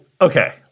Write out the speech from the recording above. okay